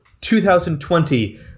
2020